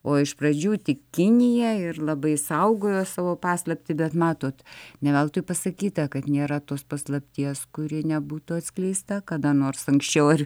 o iš pradžių tik kinija ir labai saugojo savo paslaptį bet matot ne veltui pasakyta kad nėra tos paslapties kuri nebūtų atskleista kada nors anksčiau ar